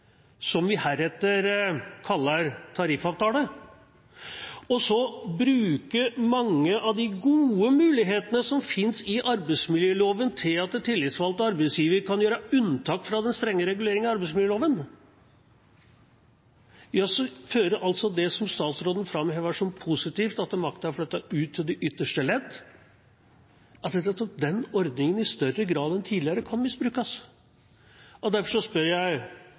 som vi heretter kaller tariffavtale, og så bruke mange av de gode mulighetene som finnes i arbeidsmiljøloven, til at tillitsvalgte og arbeidsgiver kan gjøre unntak fra den strenge reguleringen i arbeidsmiljøloven. Da fører det som statsråden framhever som positivt, til at makta er flyttet ut til det ytterste ledd, til at ordningen i større grad enn tidligere kan misbrukes. Derfor spør jeg,